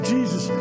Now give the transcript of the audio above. Jesus